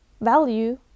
value